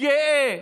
גאה